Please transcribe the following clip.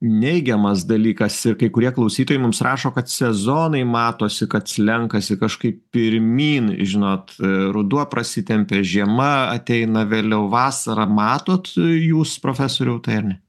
neigiamas dalykas ir kai kurie klausytojai mums rašo kad sezonai matosi kad slenkasi kažkaip pirmyn žinot ruduo prasitempia žiema ateina vėliau vasara matot jūs profesoriau tai ar ne